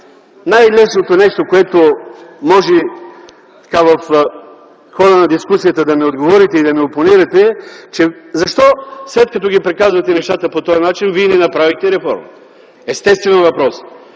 най-лесното нещо, което може в хода на дискусията да ми отговорите и да ми опонирате, е защо след като говорите по този начин, вие не направихте реформата? Естествен е въпросът.